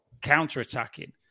counter-attacking